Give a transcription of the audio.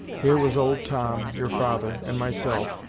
here was old tom, your father, and myself,